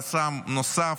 חסם נוסף,